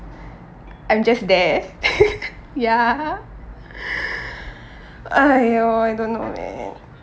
I'm just there ya !aiyo! I don't know man